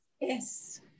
Yes